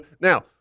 Now